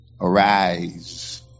Arise